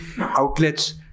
outlets